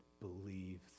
believe